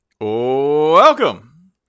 Welcome